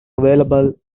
available